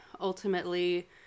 ultimately